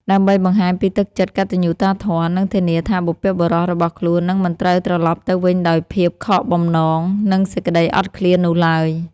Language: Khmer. ដើម្បីបង្ហាញពីទឹកចិត្តកតញ្ញូតាធម៌ និងធានាថាបុព្វបុរសរបស់ខ្លួននឹងមិនត្រូវត្រឡប់ទៅវិញដោយភាពខកបំណង និងសេចក្ដីអត់ឃ្លាននោះឡើយ។